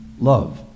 Love